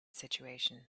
situation